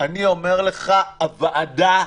אני אומר לך: הוועדה,